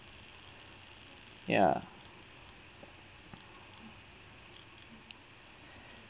ya